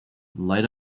light